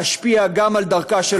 להשפיע גם על דרכה של המפלגה,